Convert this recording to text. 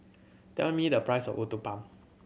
tell me the price of Uthapam